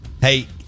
Hey